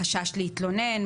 חשש להתלונן,